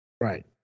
Right